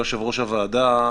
יושב-ראש הוועדה,